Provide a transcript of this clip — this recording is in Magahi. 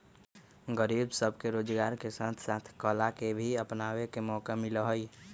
गरीब सब के रोजगार के साथ साथ कला के भी अपनावे के मौका मिला हई